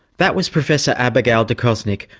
that was professor abigail de kosnik,